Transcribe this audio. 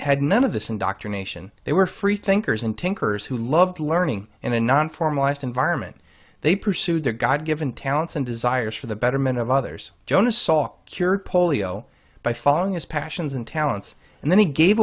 had none of this indoctrination they were free thinkers and thinkers who loved learning in a non formalized environment they pursued their god given talents and desires for the betterment of others jonas salk cured polio by following his passions and talents and then he gave